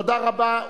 תודה רבה.